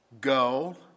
go